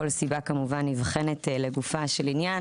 כל סיבה כמובן נבחנת לגופו של עניין